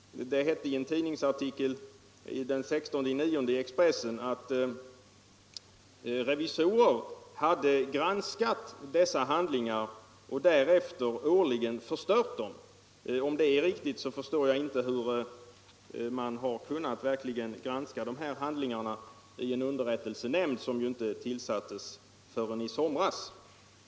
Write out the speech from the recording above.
Det hetue i en tidningsartikel i Expressen den 16 september att revisorer hade granskat dessa handlingar och därefter årligen förstört dem. Om det är riktigt förstår jag inte hur de här handlingarna har kunnat granskas i en underrättelsenämnd som inte tillsattes förrän i somras.